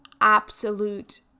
absolute